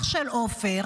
אח של עופר,